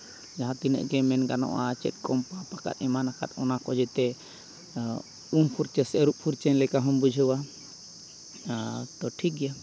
ᱡᱟᱦᱟᱸ ᱛᱤᱱᱟᱹᱜ ᱜᱮ ᱢᱮᱱ ᱜᱟᱱᱚᱜᱼᱟ ᱪᱮᱫ ᱠᱚᱢ ᱯᱟᱯ ᱟᱠᱟᱜ ᱮᱢᱟᱱ ᱟᱠᱟᱜ ᱚᱱᱟ ᱠᱚ ᱡᱮᱛᱮ ᱩᱢ ᱯᱷᱟᱨᱪᱟ ᱥᱮ ᱟᱹᱨᱩᱵ ᱯᱷᱟᱨᱪᱟ ᱞᱮᱠᱟ ᱦᱚᱸᱢ ᱵᱩᱡᱷᱟᱹᱣᱟ ᱛᱚ ᱴᱷᱤᱠ ᱜᱮᱭᱟ